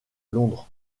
londres